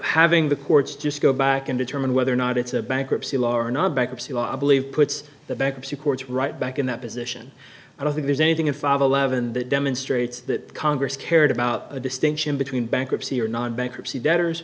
having the courts just go back and determine whether or not it's a bankruptcy law or not bankruptcy law i believe puts the bankruptcy courts right back in that position i don't think there's anything in five eleven that demonstrates that congress cared about a distinction between bankruptcy or not bankruptcy debtors